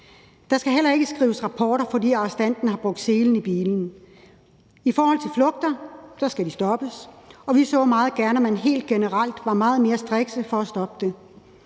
der skal heller ikke skrives rapporter, fordi arrestanten har brugt selen i bilen. Fangeflugter skal stoppes, og vi så meget gerne, at man helt generelt var meget mere strikse med at stoppe det.